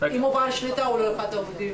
אם הוא בעל שליטה, הוא לא אחד העובדים.